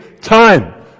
time